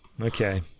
okay